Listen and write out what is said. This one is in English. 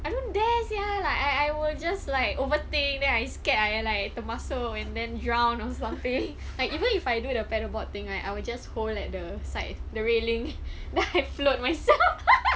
I don't dare sia like I I will just like overthink then I scared ah you like termasuk and then drown or something like even if I do pedal board thing right I will just hold at the side the railing then I float myself